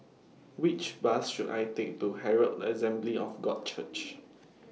Which Bus should I Take to Herald Assembly of God Church